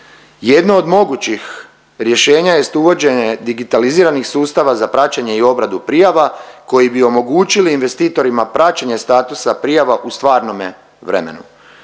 Jedno od mogućih rješenja jest uvođenje digitaliziranih sustava za praćenje i obradu prijava koji bi omogućili investitorima praćenje statusa prijava u stvarnome vremenu.